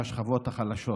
מהשכבות החלשות.